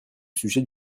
sujet